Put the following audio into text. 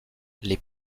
les